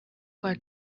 kwa